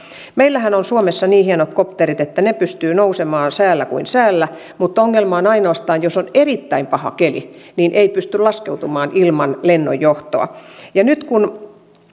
meillähän on suomessa niin hienot kopterit että ne pystyvät nousemaan säällä kuin säällä mutta ongelma on ainoastaan se että jos on erittäin paha keli niin ei pystytä laskeutumaan ilman lennonjohtoa nyt